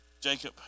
Jacob